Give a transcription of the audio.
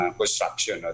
construction